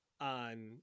on